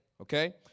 okay